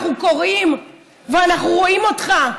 אנחנו קוראים ואנחנו רואים אותך.